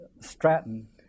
Stratton